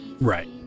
Right